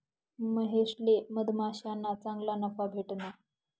महेशले मधमाश्याना चांगला नफा भेटना